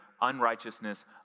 unrighteousness